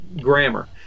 grammar